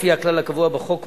לפי הכלל הקבוע בחוק,